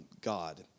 God